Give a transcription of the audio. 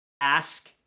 ask